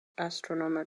astronomer